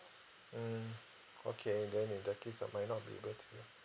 mm okay then in that case I might not be able to